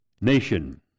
nation